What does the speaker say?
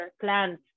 plans